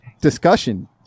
discussion